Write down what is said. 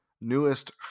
Newest